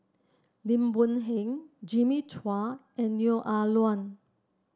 Lim Boon Heng Jimmy Chua and Neo Ah Luan